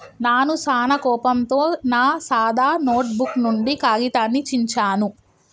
నాను సానా కోపంతో నా సాదా నోటుబుక్ నుండి కాగితాన్ని చించాను